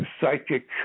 psychic